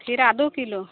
खीरा दू किलो